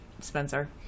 Spencer